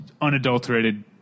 unadulterated